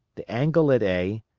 the angle at a,